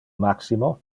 maximo